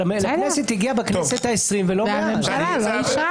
אבל לכנסת זה הגיע בכנסת העשרים ולא --- והממשלה לא אישרה.